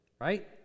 right